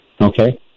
Okay